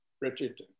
Richard